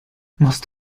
most